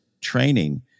training